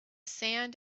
sand